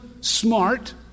smart